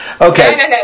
Okay